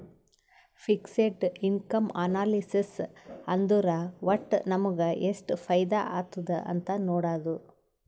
fixed income analysis ಅಂದುರ್ ವಟ್ಟ್ ನಮುಗ ಎಷ್ಟ ಫೈದಾ ಆತ್ತುದ್ ಅಂತ್ ನೊಡಾದು